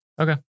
Okay